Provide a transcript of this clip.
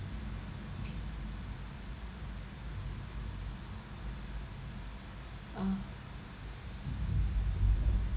uh